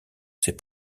ses